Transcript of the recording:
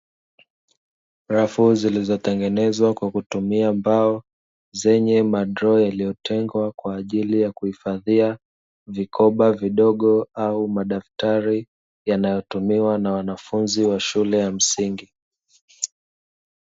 Rafu zilizotengenezwa kwa kutumia mbao zenye madroo yaliyotengwa kwa ajili ya kuhifadhia vikoba vidogo au madaftari, yanayotumiwa na wanafunzi wa shule ya msingi.